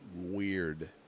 weird